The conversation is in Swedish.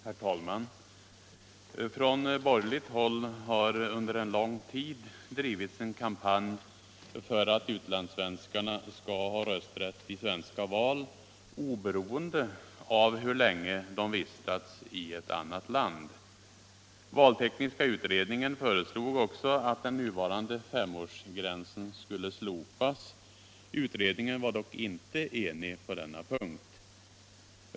Herr talman! Från borgerligt håll har under lång tid drivits en kampanj för att utlandssvenskarna skall ha rösträtt i svenska val oberoende av hur länge de vistats i ett annat land. Valtekniska utredningen föreslog också att den nuvarande femårsgränsen skulle slopas. Utredningen var dock inte enig på denna punkt.